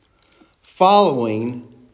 following